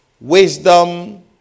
wisdom